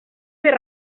fer